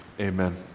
amen